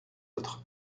autres